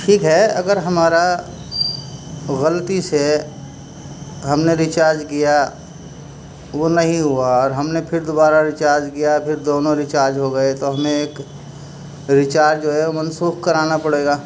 ٹھیک ہے اگر ہمارا غلطی سے ہم نے ریچارج کیا وہ نہیں ہوا اور ہم نے پھر دوبارہ ریچارج کیا پھر دونوں ریچارج ہو گئے تو ہمیں ایک ریچارج جو ہے منسوخ کرانا پڑے گا